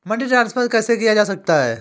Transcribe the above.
Money transfer कैसे किया जा सकता है?